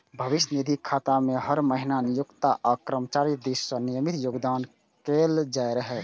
भविष्य निधि खाता मे हर महीना नियोक्ता आ कर्मचारी दिस सं नियमित योगदान कैल जाइ छै